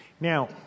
Now